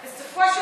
זה יפה.